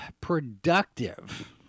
productive